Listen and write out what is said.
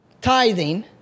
Tithing